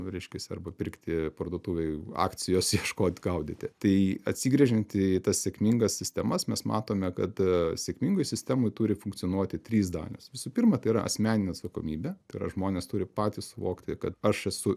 reiškiasi arba pirkti parduotuvėj akcijos ieškot gaudyti tai atsigręžiant į tas sėkmingas sistemas mes matome kad sėkmingoj sistemoj turi funkcionuoti trys dalis visų pirma tai yra asmeninė atsakomybė tai yra žmonės turi patys suvokti kad aš esu